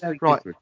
right